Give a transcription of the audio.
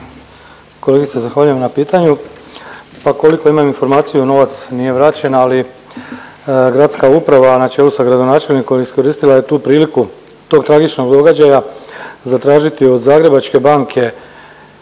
Kolegice zahvaljujem na pitanju, pa koliko imam informaciju novac nije vraćen, ali gradska uprava na čelu sa gradonačelnikom iskoristila je tu priliku tog tragičnog događaja zatražiti od Zagrebačke banke